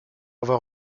avoir